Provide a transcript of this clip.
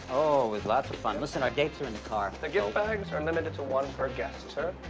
oh, it was lots of fun. listen, our dates are i and the car. the gift bags are and limited to one per guest, sir.